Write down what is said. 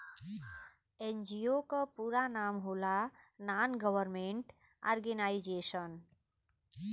NGO क पूरा नाम होला नान गवर्नमेंट और्गेनाइजेशन